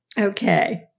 Okay